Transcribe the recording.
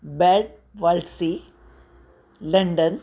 bad वालसी London